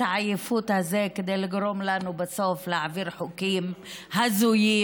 העייפות הזאת כדי לגרום לנו בסוף להעביר חוקים הזויים,